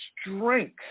strength